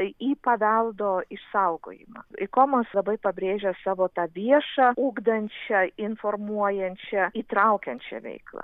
į paveldo išsaugojimą ikomos labai pabrėžė savo tą viešą ugdančią informuojančią įtraukiančią veiklą